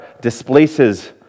displaces